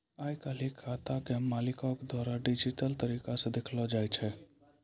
आइ काल्हि खाता के मालिको के द्वारा डिजिटल तरिका से देखलो जाय छै